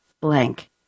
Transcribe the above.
blank